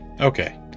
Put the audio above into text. Okay